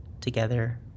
together